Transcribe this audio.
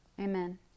Amen